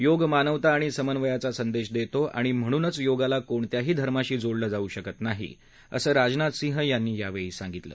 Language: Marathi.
योग मानवता आणि समन्वयाचा संदेश देतो आणि म्हणूनच योगाला कोणत्याही धर्माशी जोडलं जाऊ शकत नाही असं राजनाथ सिंह यांनी यावेळी सांगितलं